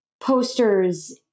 posters